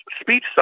speech